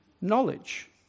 knowledge